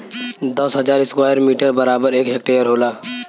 दस हजार square metre बराबर एक हेक्टेयर होला